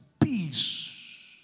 peace